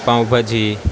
પાંઉ ભાજી